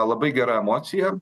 labai gera emocija